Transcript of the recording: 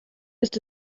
ist